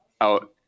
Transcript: out